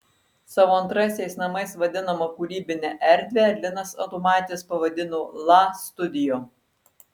savo antraisiais namais vadinamą kūrybinę erdvę linas adomaitis pavadino la studio